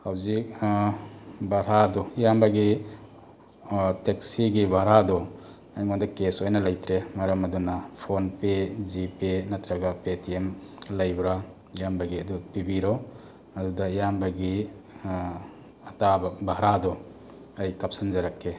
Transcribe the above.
ꯍꯧꯖꯤꯛ ꯕꯥꯔꯥꯗꯣ ꯏꯌꯥꯝꯕꯒꯤ ꯇꯦꯛꯁꯤꯒꯤ ꯕꯥꯔꯥꯗꯣ ꯑꯩꯉꯣꯟꯗ ꯀꯦꯁ ꯑꯣꯏꯅ ꯂꯩꯇ꯭ꯔꯦ ꯃꯔꯝ ꯑꯗꯨꯅ ꯐꯣꯟꯄꯦ ꯖꯤꯄꯦ ꯅꯠꯇ꯭ꯔꯒ ꯄꯦ ꯇꯤ ꯑꯦꯝ ꯂꯩꯕ꯭ꯔꯥ ꯏꯌꯥꯝꯕꯒꯤ ꯑꯗꯨ ꯄꯤꯕꯤꯔꯣ ꯑꯗꯨꯗ ꯏꯌꯥꯝꯕꯒꯤ ꯑꯇꯥꯕ ꯕꯥꯔꯥꯗꯣ ꯍꯥꯏꯗꯤ ꯀꯥꯞꯁꯟꯖꯔꯛꯀꯦ